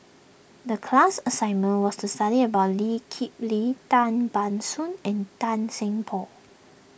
the class assignment was to study about Lee Kip Lee Tan Ban Soon and Tan Seng Poh